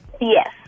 Yes